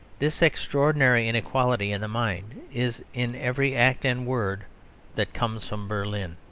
this extraordinary inequality in the mind is in every act and word that comes from berlin.